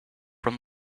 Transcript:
from